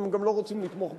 הם גם לא רוצים לתמוך בחד"ש.